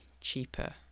cheaper